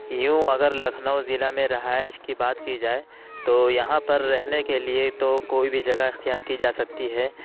یوں اگر لکھنؤ ضلع میں رہائش کی بات کی جائے تو یہاں پر رہنے کے لیے تو کوئی بھی جگہ اختیار کی جا سکتی ہے